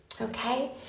Okay